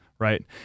right